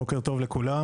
בוקר טוב לכולם.